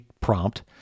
prompt